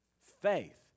Faith